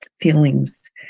feelings